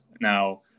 Now